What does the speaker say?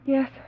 Yes